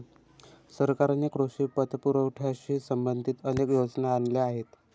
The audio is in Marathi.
सरकारने कृषी पतपुरवठ्याशी संबंधित अनेक योजना आणल्या आहेत